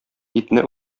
итне